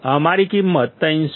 અમારી કિંમત 300